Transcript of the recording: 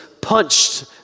punched